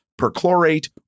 perchlorate